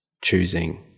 choosing